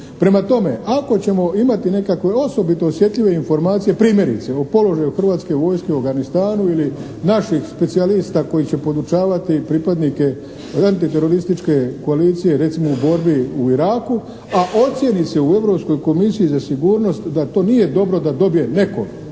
Prema tome ako ćemo imati nekakve osobito osjetljive informacije primjerice o položaju Hrvatske vojske u Afganistanu ili naših specijalista koji će podučavati pripadnike antiterorističke koalicije recimo u borbi u Iraku, a ocijeni se u Europskoj komisiji za sigurnost da to nije dobro da dobije netko,